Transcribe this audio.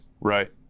right